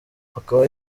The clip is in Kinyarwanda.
akaba